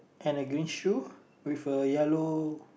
and a green shoe with a yellow